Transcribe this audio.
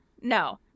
No